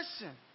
listen